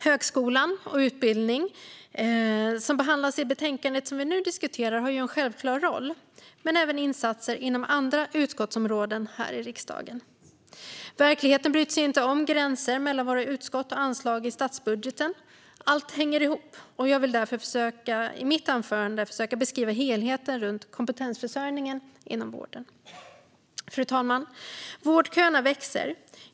Högskolan och utbildning, som behandlas i det betänkande som vi nu diskuterar, har en självklar roll, men även insatser inom andra utskottsområden här i riksdagen behövs. Verkligheten bryr sig inte om gränser mellan våra utskott eller anslag i statsbudgeten. Allt hänger ihop, och jag vill därför i mitt anförande försöka beskriva helheten runt kompetensförsörjningen inom vården. Fru talman! Vårdköerna växer.